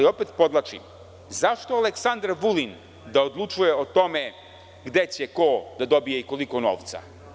Opet podvlačim – zašto Aleksandar Vulin da odlučuje o tome gde će ko da dobije i koliko novca?